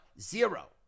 Zero